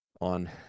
on